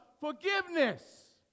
forgiveness